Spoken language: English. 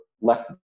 left